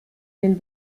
den